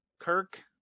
Kirk